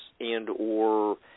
and/or